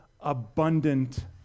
abundant